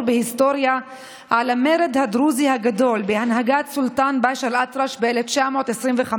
בהיסטוריה על המרד הדרוזי הגדול בהנהגת סולטאן באשא אל-אטרש ב-1925,